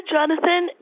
Jonathan